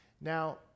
Now